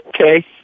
okay